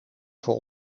voor